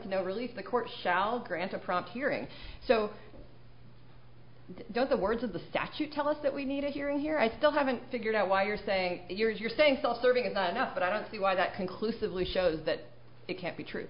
to no relief the court shall grant a prompt hearing so does the words of the statue tell us that we need a hero here i still haven't figured out why you're saying that you're saying self serving is not enough but i don't see why that conclusively shows that it can't be true